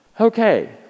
okay